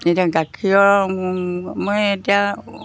এতিয়া গাখীৰৰ মই এতিয়া